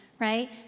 right